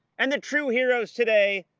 and the true heroes today,